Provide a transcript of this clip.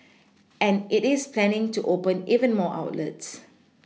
and it is planning to open even more outlets